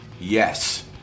Yes